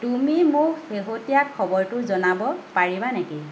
তুমি মোক শেহতীয়া খবৰটো জনাব পাৰিবা নেকি